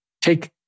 Take